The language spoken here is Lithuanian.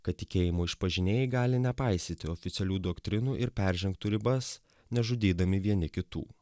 kad tikėjimo išpažinėjai gali nepaisyti oficialių doktrinų ir peržengtų ribas nežudydami vieni kitų